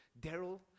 Daryl